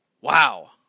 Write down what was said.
Wow